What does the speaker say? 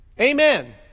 Amen